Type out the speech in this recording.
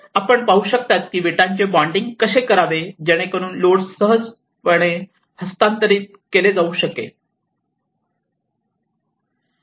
आपण पाहू शकता की विटांचे बाँडिंग कसे करावे जेणेकरून लोड सहजपणे हस्तांतरित केले जाऊ शकते